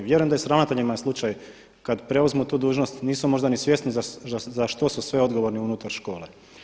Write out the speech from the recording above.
Vjerujem da je i s ravnateljima slučaj kada preuzmu tu dužnost nisu možda ni svjesni za što su sve odgovorni unutar škole.